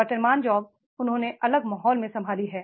वर्तमान जॉब उन्होंने अलग माहौल में संभाली है